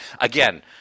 Again